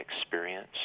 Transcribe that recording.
experience